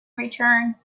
return